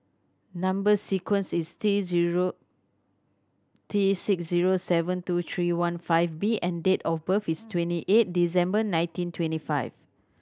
number sequence is T zero T six zero seven two three one five B and date of birth is twenty eight December nineteen twenty five